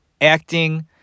acting